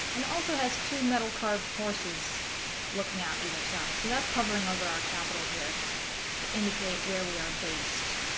and also has two metal carved horses looking out either side. so that's hovering over our capital here to indicate where we are based.